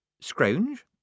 Scrounge